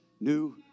new